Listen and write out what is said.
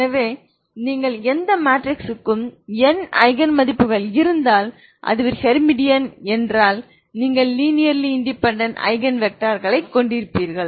எனவே நீங்கள் எந்த மேட்ரிக்ஸுக்கும் n ஐகன் மதிப்புகள் இருந்தால் அது ஒரு ஹெர்மிடியன் என்றால் நீங்கள் லினேர்லி இன்டெபேன்டென்ட் ஐகன் வெக்டார்களைக் கொண்டிருப்பீர்கள்